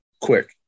quick